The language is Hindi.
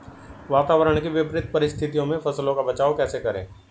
वातावरण की विपरीत परिस्थितियों में फसलों का बचाव कैसे करें?